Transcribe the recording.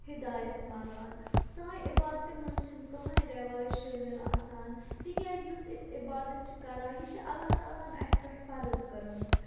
ہِدایت منٛگان سانہِ عِبادتہِ منٛز چھِنہٕ کٕہٕنٛۍ رٮ۪واج شٲمِل آسان تِکیٛازِ یُس أسۍ عبادَت چھِ کَران یہِ چھِ اللہ تعالیٰ ہن اَسہِ پٮ۪ٹھ فرض کٔرمٕژ